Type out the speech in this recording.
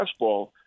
fastball